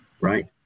right